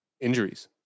Injuries